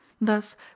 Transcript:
thus